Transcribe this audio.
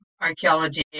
archaeology